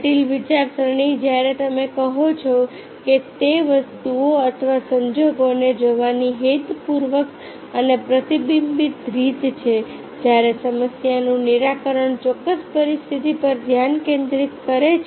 જટિલ વિચારસરણી જ્યારે તમે કહો છો કે તે વસ્તુઓ અથવા સંજોગોને જોવાની હેતુપૂર્વક અને પ્રતિબિંબિત રીત છે જ્યારે સમસ્યાનું નિરાકરણ ચોક્કસ પરિસ્થિતિ પર ધ્યાન કેન્દ્રિત કરે છે